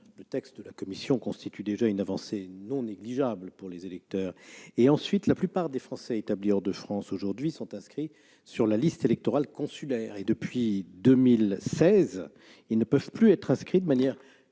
le texte de la commission constitue déjà une avancée non négligeable pour les électeurs. En outre, la plupart des Français établis hors de France sont aujourd'hui inscrits sur la liste électorale consulaire et, depuis 2016, ils ne peuvent plus être inscrits de manière